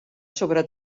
sobre